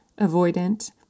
avoidant